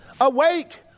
Awake